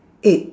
eight